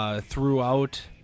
throughout